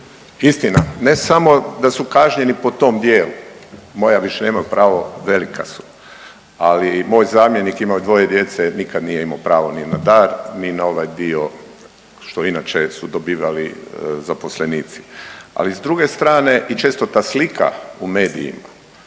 Istina, ne samo da su kažnjeni po tom dijelu, moja nemaju više pravo, velika su. Ali moj zamjenik ima dvoje djece, nikad nije imao pravo ni na dar, ni na onaj dio što inače su dobivali zaposlenici. Ali s druge strane i često ta slika u medijima,